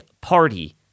party